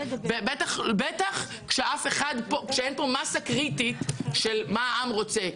בטח ובטח כשאין פה מסה קריטית של מה העם רוצה,